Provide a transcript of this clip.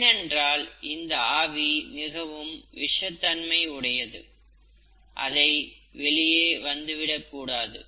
ஏனென்றால் இந்த ஆவி மிகவும் விஷத்தன்மை உடையது அதே வெளியே வந்துவிடக் கூடாது